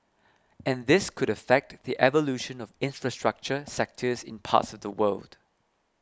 and this could affect the evolution of infrastructure sectors in parts of the world